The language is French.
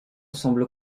semble